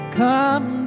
come